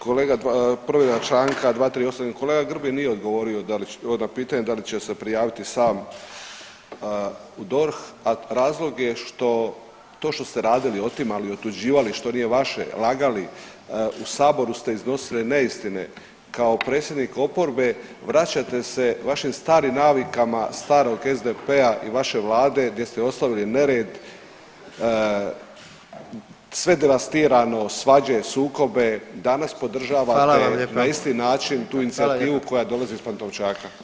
Kolega, povreda Članka 238., kolega Grbin nije odgovorio da li, na pitanje da li će se prijaviti sam u DORH, a razlog je što, to što ste radili, otimali, otuđivali što nije vaše, lagali, u saboru ste iznosili neistine, kao predsjednik oporbe vraćate se vašim starim navikama starog SDP-a i vaše vlade gdje ste ostavili nered, sve devastirano, svađe, sukobe, danas podržavate [[Upadica: Hvala vam lijepa.]] na isti način tu inicijativu koja dolazi iz Pantovčaka.